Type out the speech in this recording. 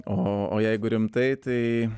o o jeigu rimtai tai